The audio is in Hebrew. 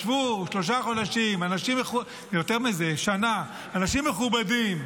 ישבו שלושה חודשים, יותר מזה, שנה, אנשים מכובדים,